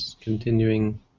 continuing